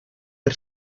per